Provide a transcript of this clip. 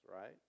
right